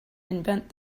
invent